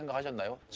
and i didn't know.